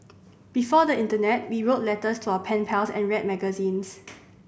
before the internet we wrote letters to our pen pals and read magazines